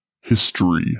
History